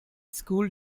school